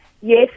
Yes